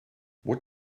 what